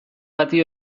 bati